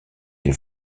des